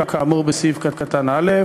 כאמור בסעיף קטן (א),